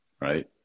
right